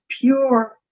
pure